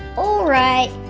alright,